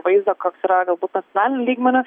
vaizdą koks yra galbūt nacionaliniu lygmeniu